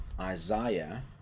Isaiah